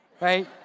right